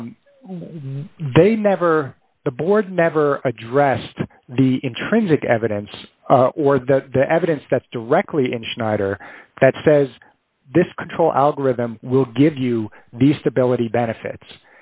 when they never the board never addressed the intrinsic evidence or that the evidence that's directly in schneider that says this control algorithm will give you the stability benefits